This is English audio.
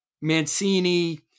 Mancini